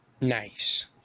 nice